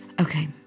okay